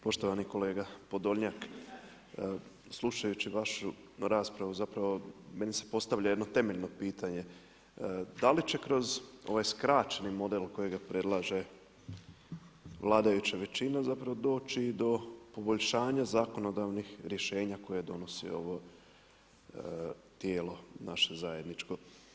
Poštovani kolega Podolnjak, slušajući vašu raspravu zapravo meni se postavlja jedno temeljno pitanje, da li će kroz ovaj skraćeni model kojega predlaže vladajuća većina zapravo doći do poboljšanja zakonodavnih rješenja koje donosi ovo tijelo naše zajedničko?